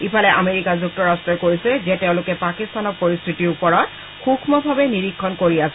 ইফালে আমেৰিকা যুক্তৰাট্টই কৈছে যে তেওঁলোকে পাকিস্তানৰ পৰিস্থিতিৰ ওপৰত সুক্ষ্মভাৱে নিৰীক্ষণ কৰি আছে